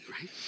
right